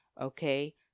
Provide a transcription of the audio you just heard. okay